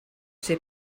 ser